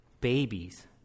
babies